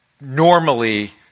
normally